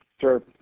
Sure